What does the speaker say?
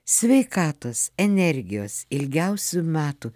sveikatos energijos ilgiausių metų